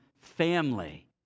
family